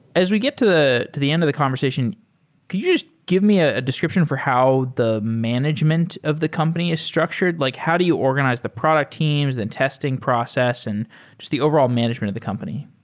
as we get to the to the end of the conversation, could you just give me a description for how the management of the company is structured? like how do you organize the product teams the and testing process and just the overall management of the company?